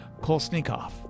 Kolsnikov